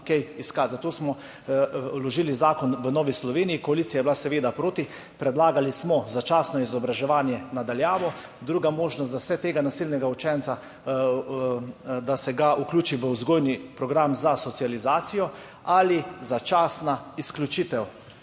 Zato smo vložili zakon v Novi Sloveniji, koalicija je bila seveda proti. Predlagali smo začasno izobraževanje na daljavo. Druga možnost, da se tega nasilnega učenca, da se ga vključi v vzgojni program za socializacijo ali začasna izključitev?